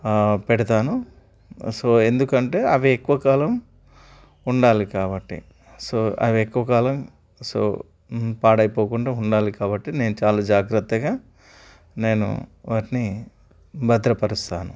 పెడతాను సో ఎందుకంటే అవి ఎక్కువ కాలం ఉండాలి కాబట్టి సో అవి ఎక్కువ కాలం సో పాడైపోకుండా ఉండాలి కాబట్టి నేను చాలా జాగ్రత్తగా నేను వాటిని భద్రపరుస్తాను